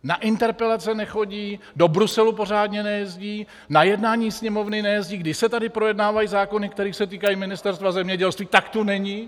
Na interpelace nechodí, do Bruselu pořádně nejezdí, na jednání Sněmovny nejezdí, když se tady projednávají zákony, které se týkají Ministerstva zemědělství, tak tu není.